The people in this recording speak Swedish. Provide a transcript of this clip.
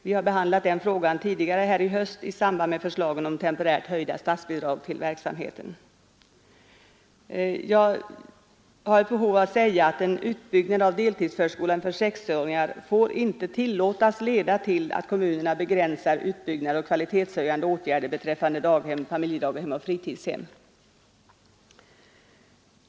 Vi har behandlat den frågan också tidigare i höst i samband med förslagen om temporärt höjda statsbidrag till verksamheten. Jag har ett behov av att säga att en utbyggnad av deltidsförskolan för sexåringar inte får tillåtas leda till att kommunerna begränsar utbyggnaden och de kvalitetshöjande åtgärderna beträffande daghem, familjedaghem och fritidshem.